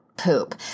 poop